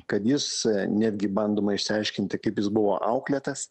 kad jis netgi bandoma išsiaiškinti kaip jis buvo auklėtas